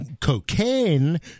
cocaine